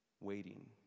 waiting